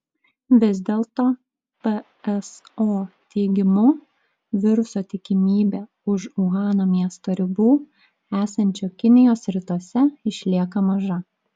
vis dėl to pso teigimu viruso tikimybė už uhano miesto ribų esančio kinijos rytuose išlieka maža